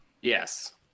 Yes